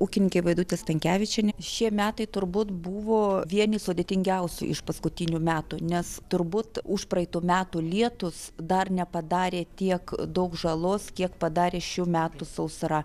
ūkininkė vaidutė stankevičienė šie metai turbūt buvo vieni sudėtingiausių iš paskutinių metų nes turbūt užpraeitų metų lietūs dar nepadarė tiek daug žalos kiek padarė šių metų sausra